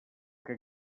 que